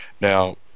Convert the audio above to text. Now